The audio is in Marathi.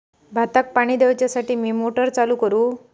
भाताक पाणी दिवच्यासाठी मी मोटर चालू करू?